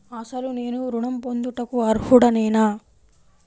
అసలు నేను ఋణం పొందుటకు అర్హుడనేన?